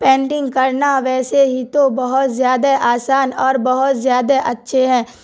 painting کرنا ویسے ہی تو بہت زیادہ آسان اور بہت زیادہ اچھے ہیں